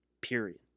Period